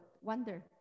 wonder